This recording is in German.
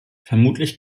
vermutlich